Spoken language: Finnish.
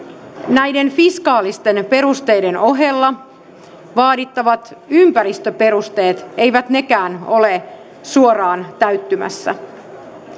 näiden fiskaalisten perusteiden ohella vaadittavat ympäristöperusteet eivät nekään ole suoraan täyttymässä